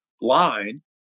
line